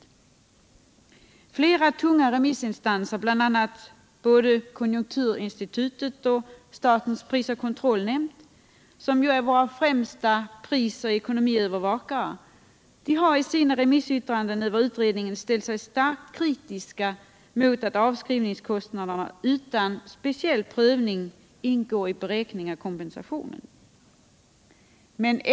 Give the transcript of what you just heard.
Flera tunga remissinstanser, bl.a. konjunkturinstitutet och statens prisoch kartellnämnd som ju är våra främsta prisoch ekonomiövervakare, har i sina remissyttranden över utredningen ställt sig starkt kritiska mot att avskrivningskostnaderna utan speciell prövning ingår i beräkningen av kompensationen.